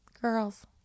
girls